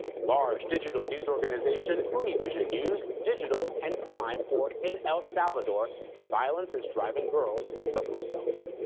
large digital news organization univision news digital and time for in el salvador violence is driving girls to kill themselves.